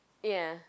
ya